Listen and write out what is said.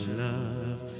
love